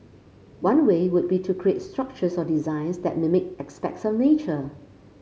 one way would be to create structures or designs that mimic aspects of nature